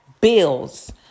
bills